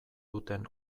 duten